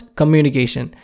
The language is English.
communication